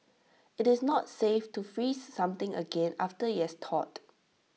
IT is not safe to freeze something again after IT has thawed